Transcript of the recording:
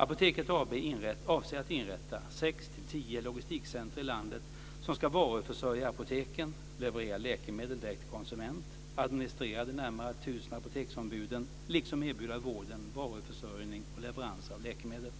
Apoteket AB avser att inrätta sex-tio logistikcentrum i landet som ska varuförsörja apoteken, leverera läkemedel direkt till konsument, administrera de närmare 1 000 apoteksombuden liksom erbjuda vården varuförsörjning och leveranser av läkemedel.